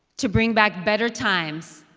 to bring back better times,